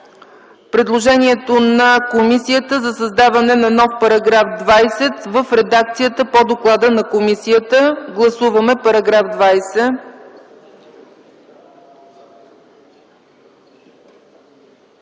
предложението на комисията за създаване на нов § 20 в редакцията по доклада на комисията. Гласуваме § 20.